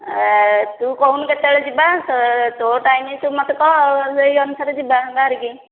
ଏ ତୁ କହୁନୁ କେତେବେଳେ ଯିବା ଏ ତୋ ଟାଇମ ତୁ ମୋତେ କହ ସେହି ଅନୁସାରେ ଯିବା ବାହରିକି